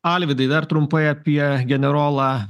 alvydai dar trumpai apie generolą